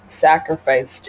sacrificed